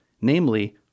namely